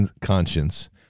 conscience